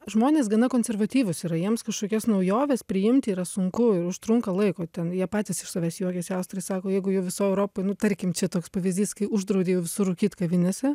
žmonės gana konservatyvūs yra jiems kažkokias naujoves priimti yra sunku ir užtrunka laiko ten jie patys iš savęs juokiasi austrai sako jeigu jau visoj europoj nu tarkim čia toks pavyzdys kai uždraudė jau visur rūkyt kavinėse